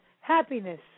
Happiness